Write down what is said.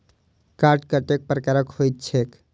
Card कतेक प्रकारक होइत छैक?